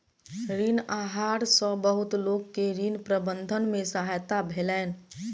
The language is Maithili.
ऋण आहार सॅ बहुत लोक के ऋण प्रबंधन में सहायता भेलैन